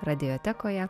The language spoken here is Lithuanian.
radijo teko ją